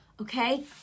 Okay